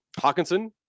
Hawkinson